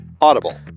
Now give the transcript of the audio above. audible